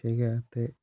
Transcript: ठीक ऐ ते